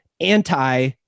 anti